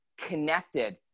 connected